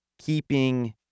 keeping